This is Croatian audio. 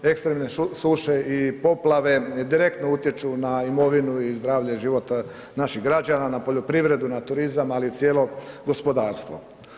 Ekstremne suše i poplave direktno utječu na imovinu i zdravlje života naših građana, na poljoprivredu, na turizam, ali i cijelo gospodarstvo.